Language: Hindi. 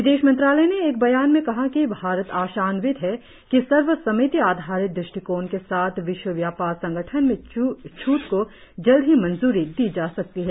विदेश मंत्रालय ने एक बयान में कहा कि भारत आशान्वित है कि सर्वसम्मति आधारित दृष्टिकोण के साथ विश्व व्यापार संगठन में छूट को जल्द ही मंजूरी दी जा सकती है